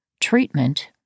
Treatment